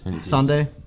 Sunday